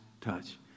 touch